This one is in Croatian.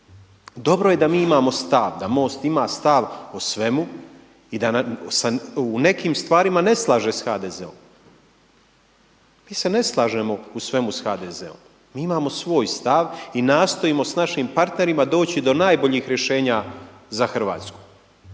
Dobro je da mi imamo stav, da Most ima stav o svemu i da se u nekim stvarima ne slaže s HDZ-om. Mi se ne slažemo u svemu s HDZ-om, mi imamo svoj stav i nastojimo s našim partnerima doći do najboljih rješenja za Hrvatsku.